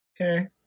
Okay